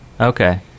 Okay